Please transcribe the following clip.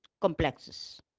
complexes